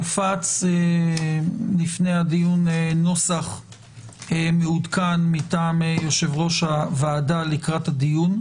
הופץ לפני הדיון נוסח מעודכן מטעם יושב-ראש הוועדה לקראת הדיון.